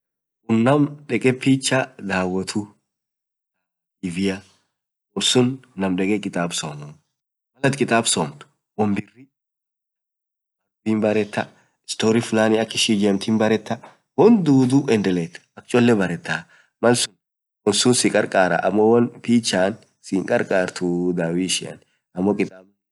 urr naam dekee pichaa dawotuu afadhaliin naam kitaab somuu, malatin kitaab soamt woan birii baretaa woan fulani akk ishin ijemt baretaa, woan dudubaretaa, woan suunt sii karkaraa, amo kitabiin.